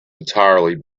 entirely